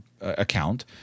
account